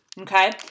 okay